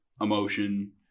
emotion